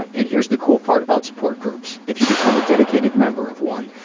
and here's the cool part about support groups if you become a dedicated member of one,